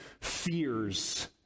fears